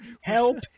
help